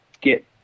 get